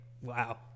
wow